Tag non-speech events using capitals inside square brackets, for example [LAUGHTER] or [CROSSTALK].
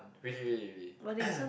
really really really [COUGHS]